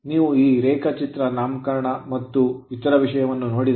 ನೀವು ಈ ರೇಖಾಚಿತ್ರ ನಾಮಕರಣ ಮತ್ತು ಇತರ ವಿಷಯವನ್ನು ನೋಡಿದರೆ